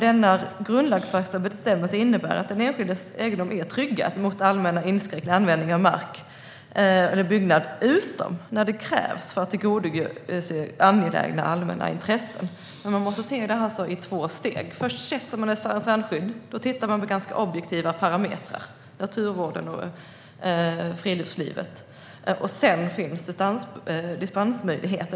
Denna grundlagsfästa bestämmelse innebär att den enskildes egendom är tryggad mot allmänna inskränkningar i användningen av mark eller byggnad utom när det krävs för att tillgodose angelägna allmänna intressen. Man måste alltså se det här i två steg. Först sätter man ett strandskydd. Då tittar man på ganska objektiva parametrar - naturvården och friluftslivet. Sedan finns en dispensmöjlighet.